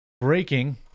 Breaking